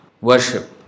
Worship